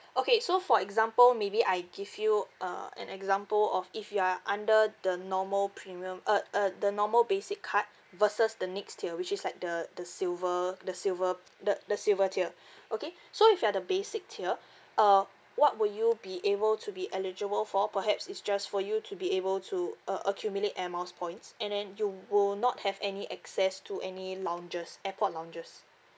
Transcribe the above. okay so for example maybe I give you uh an example of if you are under the normal premium uh uh the normal basic card versus the next tier which is like the the silver the silver p~ the the silver tier okay so if you are the basic tier uh what will you be able to be eligible for perhaps is just for you to be able to uh accumulate Air Miles points and then you will not have any access to any lounges airport lounges